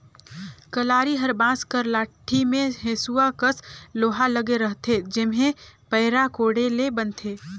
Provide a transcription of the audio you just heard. कलारी हर बांस कर लाठी मे हेसुवा कस लोहा लगे रहथे जेम्हे पैरा कोड़े ले बनथे